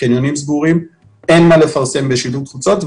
הקניונים סגורים ואין מה לפרסם בשילוט חוצות.